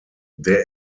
der